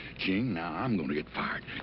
ching, now i'm gonna get fired.